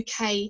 uk